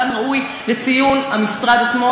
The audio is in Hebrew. כאן ראוי לציון שהמשרד עצמו,